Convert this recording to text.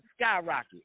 skyrocket